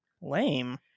lame